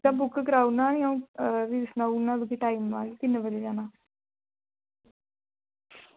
ते बुक कराऊना निं अं'ऊ फ्ही सनाऊना तुगी टाईमा किन्ने बजे जाना